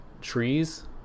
trees